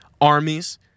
armies